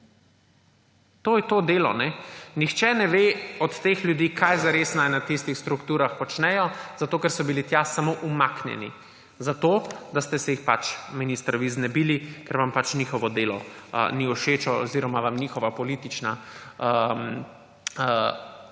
To je to delo. Nihče od teh ljudi ne ve, kaj zares naj v tistih strukturah počne, ker so bili tja samo umaknjeni, da ste se jih, minister, vi znebili, ker vam pač njihovo delo ni všeč oziroma vam njihova politična ali